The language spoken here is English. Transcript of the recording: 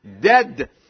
Dead